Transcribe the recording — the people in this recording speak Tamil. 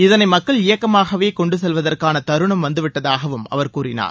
இதனை மக்கள் இயக்கமாகவே கொண்டு செல்வதற்கான தருணம் வந்து விட்டதாகவும் அவர் கூறினார்